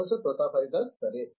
professor Pratap Haridas సరే